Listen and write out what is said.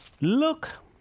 Look